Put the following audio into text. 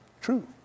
true